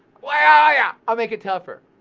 well yeah i'll make it tougher.